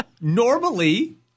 Normally